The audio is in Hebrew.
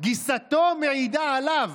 גיסתו מעידה עליו.